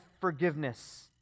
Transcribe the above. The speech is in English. forgiveness